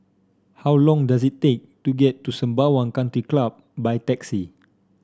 how long does it take to get to Sembawang Country Club by taxi